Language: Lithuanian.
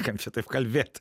kam šitaip kalbėti